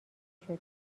شده